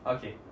Okay